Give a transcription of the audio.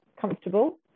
comfortable